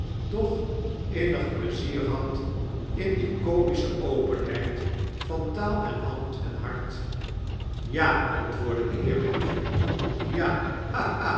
doch innig pleizier had in die comische openheid van taal en hand en hart ja antwoordde de heer bintrey ja